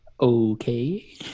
okay